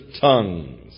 tongues